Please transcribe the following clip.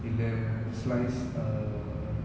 இல்ல:illa slice uh